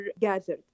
gathered